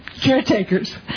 caretakers